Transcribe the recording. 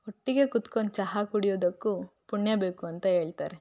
ಒಟ್ಟಿಗೆ ಕುತ್ಕೊಂಡು ಚಹಾ ಕುಡಿಯೋದಕ್ಕೂ ಪುಣ್ಯ ಬೇಕು ಅಂತ ಹೇಳ್ತಾರೆ